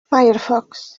firefox